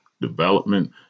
development